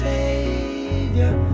Savior